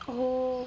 oh